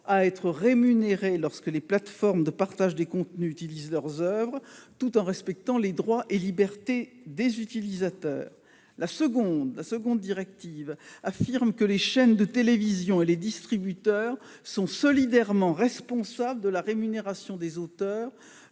à être rémunérés lorsque les plateformes de partage des contenus utilisent leurs oeuvres, tout en respectant les droits et libertés des utilisateurs. La seconde stipule que les chaînes de télévision et les distributeurs sont solidairement responsables de la rémunération des auteurs